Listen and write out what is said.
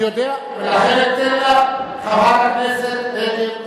אני יודע, ולכן אתן לך, חברת הכנסת רגב.